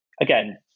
again